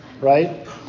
right